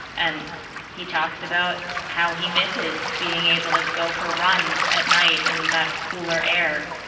and he talks about how he misses being able to go for runs at night in that cooler air.